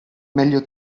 meglio